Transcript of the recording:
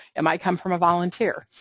it might come from a volunteer,